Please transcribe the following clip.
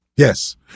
Yes